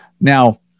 Now